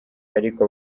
ariko